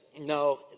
No